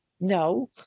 no